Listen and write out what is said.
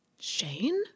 Shane